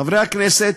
חברי הכנסת,